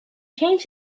changed